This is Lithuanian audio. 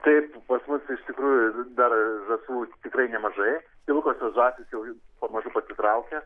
taip pas mus iš tikrųjų dar žąsų tikrai nemažai pilkosios žąsys jau pamažu pasitraukia